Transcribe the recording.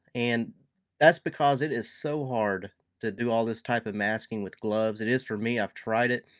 and that's because it is so hard to do all this type of masking with gloves. it is for me, i've tried it.